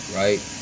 right